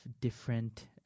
different